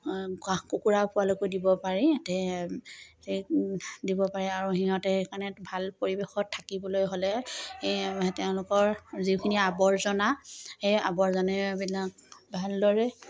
কাহ কুকুৰা পোৱালৈকৈ দিব পাৰি দিব পাৰে আৰু সিহঁতে সেইকাৰণে ভাল পৰিৱেশত থাকিবলৈ হ'লে তেওঁলোকৰ যিখিনি আৱৰ্জনা সেই আৱৰ্জনেবিলাক ভালদৰে